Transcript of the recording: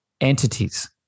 entities